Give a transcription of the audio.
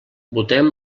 votem